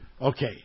Okay